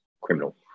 criminal